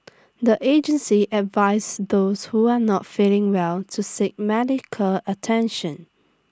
the agency advised those who are not feeling well to seek medical attention